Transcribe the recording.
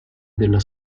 della